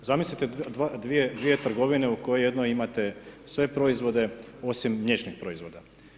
Zamislite dvije trgovine u kojoj jednoj imate sve proizvode osim mliječnih proizvoda.